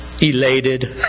elated